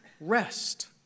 rest